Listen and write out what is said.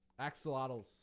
axolotls